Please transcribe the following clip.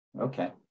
Okay